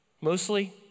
Mostly